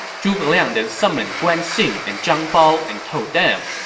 zhuge liang then summoned guan xing and zhang bao and told them,